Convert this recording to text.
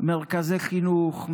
מרכזי חינוך,